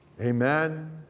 Amen